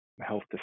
health